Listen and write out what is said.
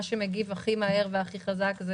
מה שמגיב הכי מהר והכי חזק זה